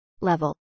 level